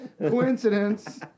coincidence